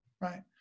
Right